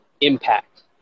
impact